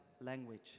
language